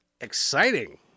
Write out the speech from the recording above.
Exciting